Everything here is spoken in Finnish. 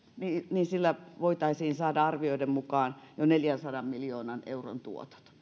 sillä voitaisiin saada arvioiden mukaan jo neljänsadan miljoonan euron tuotot